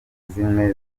zimwe